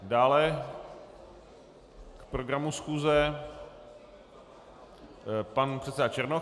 Dále k programu schůze pan předseda Černoch.